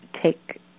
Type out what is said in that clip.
take